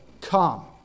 come